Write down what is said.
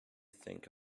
think